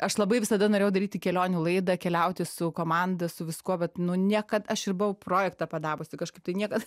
aš labai visada norėjau daryti kelionių laidą keliauti su komanda su viskuo bet niekad aš ir buvau projektą padavusi kažkaip tai niekas